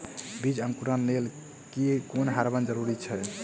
बीज अंकुरण लेल केँ हार्मोन जरूरी छै?